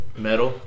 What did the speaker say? Metal